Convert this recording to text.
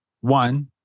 one